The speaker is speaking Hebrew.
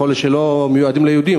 יכול להיות שהן לא של יהודים.